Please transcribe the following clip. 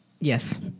Yes